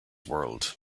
world